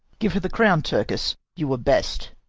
give her the crown, turkess, you were best.